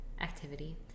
activity